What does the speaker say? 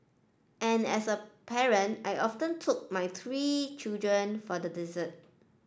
and as a parent I often took my three children for the dessert